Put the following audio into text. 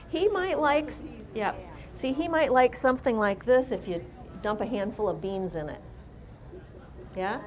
he might like you know see he might like something like this if you dump a handful of beans in it yeah